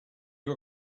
you